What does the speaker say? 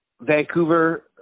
Vancouver